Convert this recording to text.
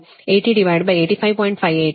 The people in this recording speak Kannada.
58 ಆದ್ದರಿಂದ 93